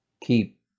keep